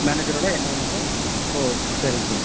மேனேஜரோட என்ன வேணுங்க சார் ஓ சரிங்க சார்